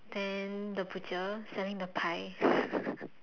then the butcher selling the pie